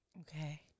Okay